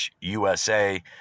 USA